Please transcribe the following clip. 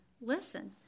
listen